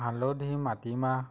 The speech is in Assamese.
হালধি মাটিমাহ